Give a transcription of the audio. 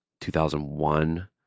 2001